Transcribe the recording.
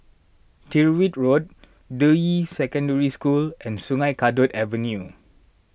Tyrwhitt Road Deyi Secondary School and Sungei Kadut Avenue